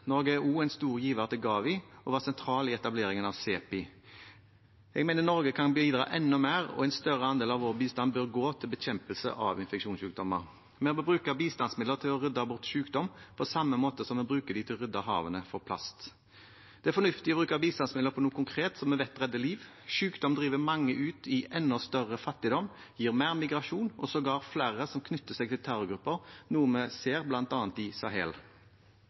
Norge er også en stor giver til Gavi og var sentral i etableringen av CEPI. Jeg mener Norge kan bidra enda mer, og en større andel av vår bistand bør gå til bekjempelse av infeksjonssykdommer. Vi må bruke bistandsmidler til å rydde bort sykdom, på samme måte som vi bruker dem til å rydde havene for plast. Det er fornuftig å bruke bistandsmidler på noe konkret som vi vet redder liv. Sykdom driver mange ut i enda større fattigdom, gir mer migrasjon og sågar flere som knytter seg til terrorgrupper, noe vi ser bl.a. i Sahel.